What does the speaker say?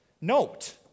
note